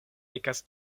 ekas